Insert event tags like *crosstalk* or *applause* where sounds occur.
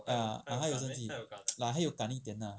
ah 他有生气 *noise* like 他有 gan 一点 lah